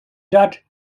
dutt